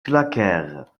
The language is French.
claquèrent